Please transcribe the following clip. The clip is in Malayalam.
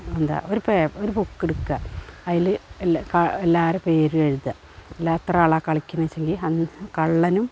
എന്താ ഒരു പേ ഒരു ബുക്കെടുക്കുക അതിൽ എല്ല എല്ലാരുടെ പേരുമെഴുതുക എല്ലാ എത്ര ആളാ കളിക്കുന്നേച്ചെങ്കിൽ ആ കള്ളനും